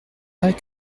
pas